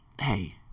hey